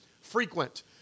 frequent